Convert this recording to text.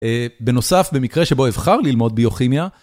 בנוסף, במקרה שבו אבחר ללמוד ביוכימיה.